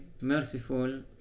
merciful